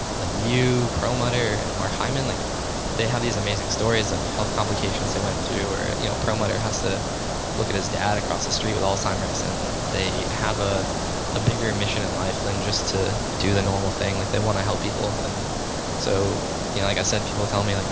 like you, perlmutter and mark hyman, like they have these amazing stories of health complications they went through. or you know perlmutter has to look at his dad across the street with alzheimer's and they have a ah bigger mission in life than just to do the normal thing. like they want to help people. and so you know like i said, people tell me, like